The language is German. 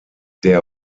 der